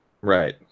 Right